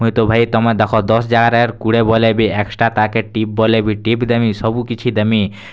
ମୁଇଁ ତ ଭାଇ ତୁମେ ଦେଖ ଦଶ୍ ଜାଗାରେ ଆର୍ କୁଡ଼ିଏ ବୋଲେ ବି ଏକ୍ସଟ୍ରା ତାକେ ଟିପ୍ ବୋଲେ ବି ଟିପ୍ ଦେମି ସବୁ କିଛି ଦେମି